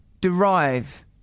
derive